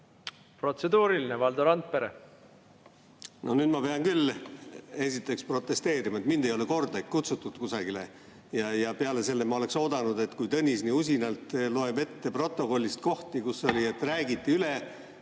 Protseduuriline, Valdo Randpere!